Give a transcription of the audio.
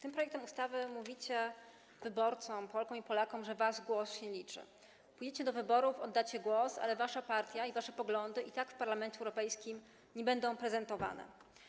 Tym projektem ustawy mówicie wyborcom, Polkom i Polakom: wasz głos się nie liczy, pójdziecie do wyborów, oddacie głos, ale wasza partia i wasze poglądy i tak w Parlamencie Europejskim nie będą prezentowane.